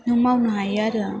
नों मावनो हायो आरो